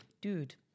Dude